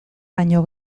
baino